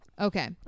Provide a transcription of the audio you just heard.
Okay